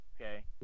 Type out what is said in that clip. okay